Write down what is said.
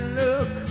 look